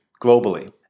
globally